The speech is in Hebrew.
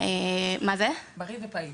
פעיל